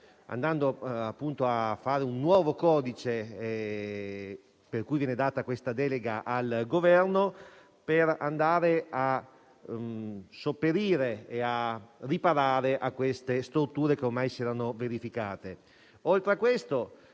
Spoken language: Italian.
grazie a tutti